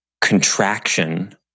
contraction